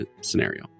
scenario